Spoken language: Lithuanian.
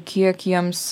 kiek jiems